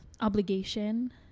obligation